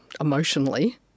emotionally